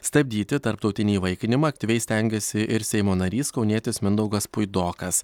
stabdyti tarptautinį įvaikinimą aktyviai stengiasi ir seimo narys kaunietis mindaugas puidokas